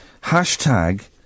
Hashtag